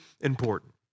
important